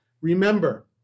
Remember